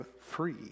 free